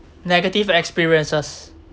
negative experiences